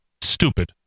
stupid